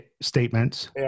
statements